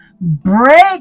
break